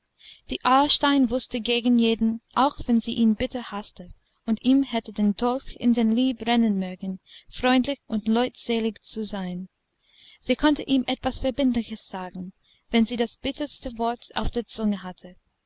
die aarstein wußte gegen jeden auch wenn sie ihn bitter haßte und ihm hätte den dolch in den leib rennen mögen freundlich und leutselig zu sein sie konnte ihm etwas verbindliches sagen wenn sie das bitterste wort auf der zunge hatte